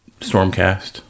stormcast